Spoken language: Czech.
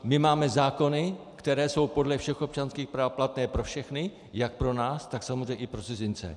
My máme zákony, které jsou podle všech občanských práv platné pro všechny jak pro nás, tak samozřejmě i pro cizince.